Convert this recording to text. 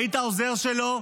היית העוזר שלו.